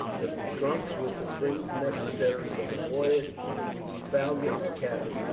that the trunks with the things necessary for the voyage would be found in his cabin,